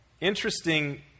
Interesting